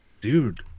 Dude